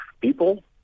people